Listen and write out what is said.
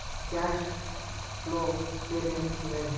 Cash flow statement ಅಂದ್ರೇನು?